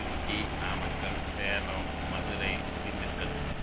Trichy Namakkal Salem Madurai Dindigul